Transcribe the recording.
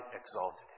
exalted